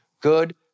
Good